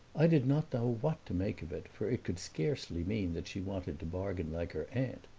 i did not know what to make of it, for it could scarcely mean that she wanted to bargain like her aunt.